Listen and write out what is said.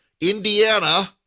Indiana